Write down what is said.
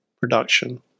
production